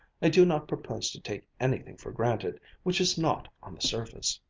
i do not propose to take anything for granted which is not on the surface.